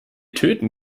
töten